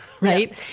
right